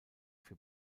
für